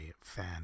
fan